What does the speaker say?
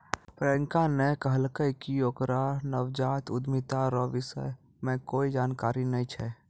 प्रियंका ने कहलकै कि ओकरा नवजात उद्यमिता रो विषय मे कोए जानकारी नै छै